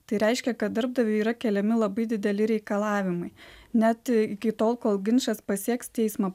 tai reiškia kad darbdaviui yra keliami labai dideli reikalavimai net iki tol kol ginčas pasieks teismą